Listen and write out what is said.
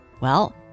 Well